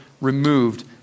removed